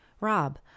Rob